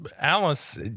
Alice